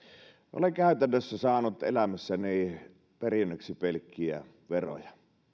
olen käytännössä saanut elämässäni perinnöksi pelkkiä veroja